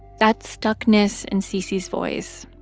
that stuckness in cc's voice,